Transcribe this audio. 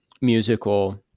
musical